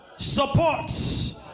support